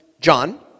John